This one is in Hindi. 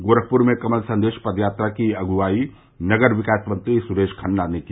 गोरखपुर में कमल संदेश पद यात्रा की अगुवाई नगर विकास मंत्री सुरेश खन्ना ने की